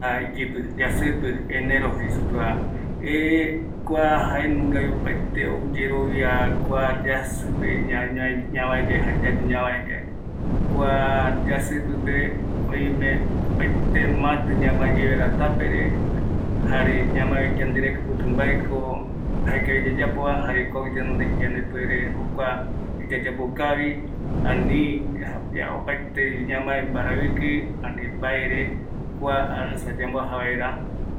Ouvoivi ayemongueta ajayave ou ovae seve yajipi, yajipi pe jae añeko ajata aparaiki añe arat temiti seyeipe, temiti iyuba jaeko abati ajat ko pe jokope ata aparaiki.